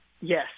yes